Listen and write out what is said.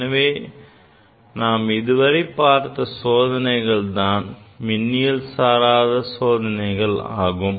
எனவே நாம் இதுவரை பார்த்த சோதனைகள் தான் மின்னியல் சாராத சோதனைகள் ஆகும்